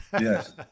Yes